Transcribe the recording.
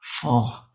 full